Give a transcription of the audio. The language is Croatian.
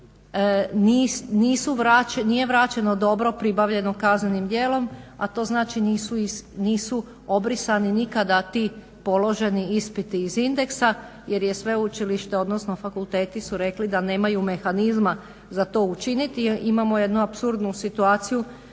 nije vraćeno dobro pribavljeno kaznenim djelom, a to znači nisu obrisani nikada ti položeni ispiti iz indexa jer je sveučilište odnosno fakulteti su rekli da nemaju mehanizma za to učiniti. Imamo jednu apsurdnu situaciju